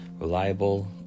reliable